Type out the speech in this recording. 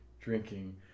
drinking